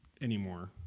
anymore